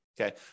okay